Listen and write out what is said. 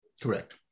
Correct